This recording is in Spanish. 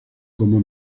como